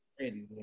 Ready